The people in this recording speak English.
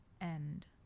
end